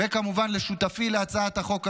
וכמובן לשותפי להצעת החוק הזאת,